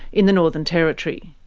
in the northern territory.